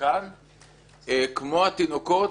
כמו התינוקות,